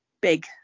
big